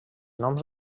noms